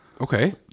okay